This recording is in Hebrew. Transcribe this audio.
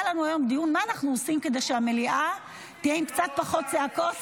היה לנו היום דיון מה אנחנו עושים כדי שהמליאה תהיה עם קצת פחות צעקות.